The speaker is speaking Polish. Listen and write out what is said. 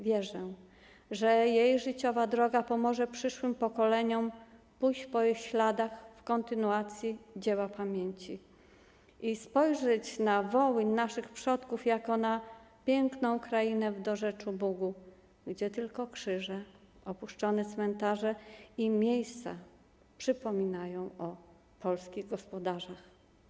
Wierzę, że jej życiowa droga pomoże przyszłym pokoleniom pójść w jej ślady i kontynuować dzieło pamięci, a także spojrzeć na Wołyń naszych przodków jako na piękną krainę w dorzeczu Bugu, gdzie tylko krzyże, opuszczone cmentarze i miejsca przypominają o polskich gospodarzach.